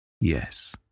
Yes